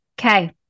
Okay